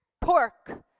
Pork